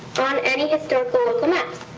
on any historical local maps.